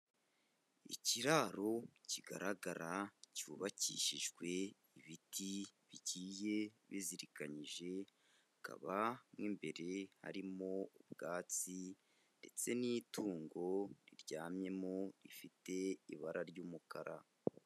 Ikiraro kigaragara cyubakishijwe ibiti bigiye bizirikanyije, hakaba mo imbere harimo ubwatsi ndetse n'itungo riryamyemo rifite ibara ry'umukara.